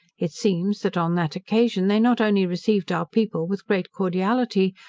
it seems, that on that occasion, they not only received our people with great cordiality,